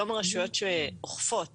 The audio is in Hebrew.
היום הרשויות שאוכפות,